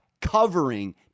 covering